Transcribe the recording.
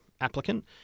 applicant